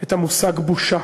את המושג "בושה".